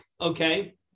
okay